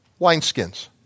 wineskins